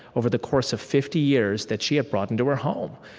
over the course of fifty years that she had brought into her home.